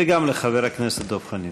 וגם לחבר הכנסת דב חנין.